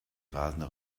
rasende